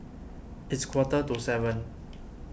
its quarter to seven